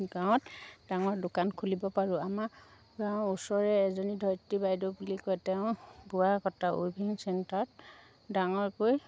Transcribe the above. গাঁৱত ডাঙৰ দোকান খুলিব পাৰোঁ আমাৰ গাঁৱৰ ওচৰৰে এজনী ধৰিত্ৰী বাইদেউ বুলি কয় তেওঁ বোৱা কটা উইভিং চেণ্টাৰত ডাঙৰকৈ